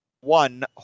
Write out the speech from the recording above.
one